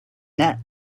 net